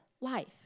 life